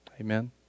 Amen